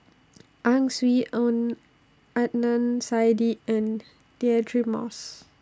Ang Swee Aun Adnan Saidi and Deirdre Moss